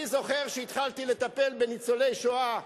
אני זוכר שהתחלתי לטפל בניצולי שואה,